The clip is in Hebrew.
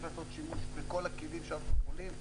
לעשות שימוש בכל הכלים שאנחנו יכולים.